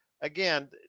again